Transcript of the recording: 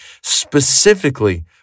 specifically